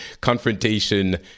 confrontation